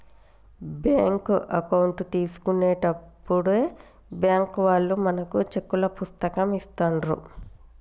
bank account తీసుకున్నప్పుడే bank వాళ్ళు మనకు చెక్కుల పుస్తకం ఇస్తాండ్రు